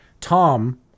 Tom